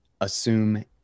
assume